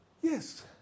Yes